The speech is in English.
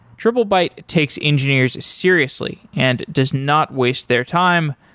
triplebyte takes engineers seriously and does not waste their time,